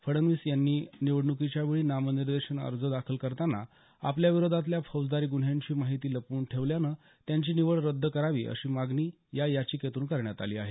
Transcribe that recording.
फडणवीस यांनी निवडणुकीच्या वेळी नामनिर्देशन अर्ज दाखल करताना आपल्या विरोधातल्या फौजदारी गुन्ह्यांची माहिती लपवून ठेवल्यानं त्यांची निवड रद्द करावी अशी मागणी या याचिकेतून करण्यात आली आहे